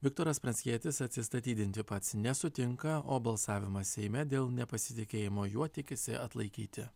viktoras pranckietis atsistatydinti pats nesutinka o balsavimą seime dėl nepasitikėjimo juo tikisi atlaikyti